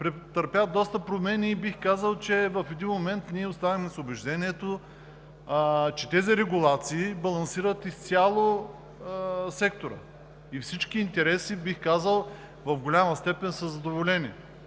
Претърпя доста промени и бих казал, че в един момент ние останахме с убеждението, че тези регулации балансират изцяло сектора и всички интереси в голяма степен са задоволени.